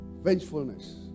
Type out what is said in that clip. Vengefulness